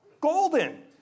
golden